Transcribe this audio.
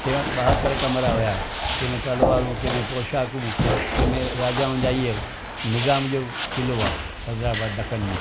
seven ॿाहतरि कमिरा हुया कंहिंमें तलवारूं कंहिंमें पोशाकूं कंहिंमें राजाउनि जा इहा निज़ाम जो किलो आहे हैदराबाद दखनि में